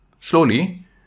Slowly